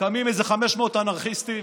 קמים איזה 500 אנרכיסטים,